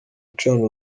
acana